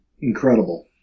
incredible